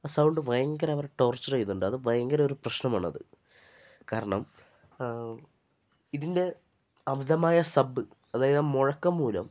ആ സൗണ്ട് ഭയങ്കരമായി ടോർച്ചർ ചെയ്യുന്നതാണ് അത് ഭയങ്കരൊരു പ്രശ്നമാണ് കാരണം ഇതിന്റെ അമിതമായ സബ് അതായത് മുഴക്കം മൂലം